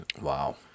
Wow